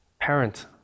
parent